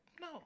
no